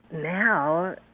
Now